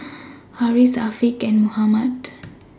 Harris Afiq and Muhammad